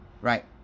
Right